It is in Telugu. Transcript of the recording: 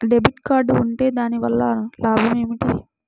డెబిట్ కార్డ్ ఉంటే దాని వలన లాభం ఏమిటీ?